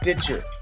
Stitcher